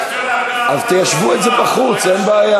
אי-אפשר ככה, אתה משבית פה את כל הדיון, באמת.